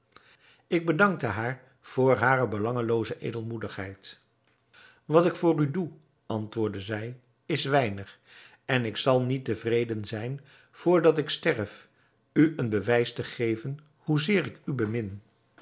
ik bedankte haar voor hare belangelooze edelmoedigheid wat ik voor u doe antwoordde zij is weinig en ik zal niet te vreden zijn vr dat ik sterf om u een bewijs te geven hoezeer ik u bemin